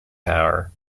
power